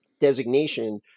designation